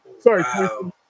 Sorry